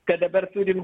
kad dabar turim